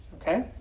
okay